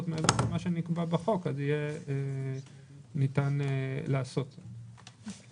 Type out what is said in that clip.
יותר מעבר למה שנקבע בחוק אז יהיה ניתן לעשות את זה.